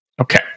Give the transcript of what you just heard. Okay